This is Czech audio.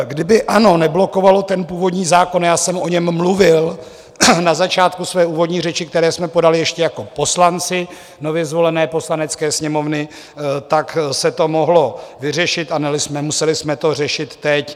Kdyby ANO neblokovalo původní zákon já jsem o něm mluvil na začátku své úvodní řeči které jsme podali ještě jako poslanci nově zvolené Poslanecké sněmovny, tak se to mohlo vyřešit a nemuseli jsme to řešit teď.